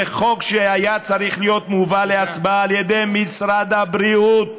זה חוק שהיה צריך להיות מובא להצבעה על ידי משרד הבריאות.